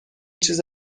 چیز